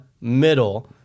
middle